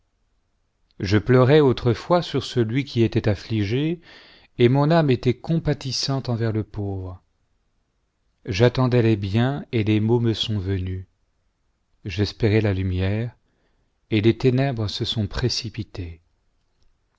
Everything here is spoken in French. je pleurais autrefois sur celui qui était affligé et mon âme était compatissante envers le pauvre j'attendais les biens et les maux me sont venus j'espérais la lumière et les ténèbres se sont précipitées